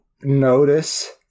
notice